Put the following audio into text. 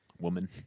woman